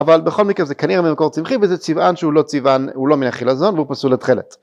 אבל בכל מקרה זה כנראה ממקור צמחי וזה צבען שהוא לא צבען, הוא לא מן החילזון והוא פסול לתכלת.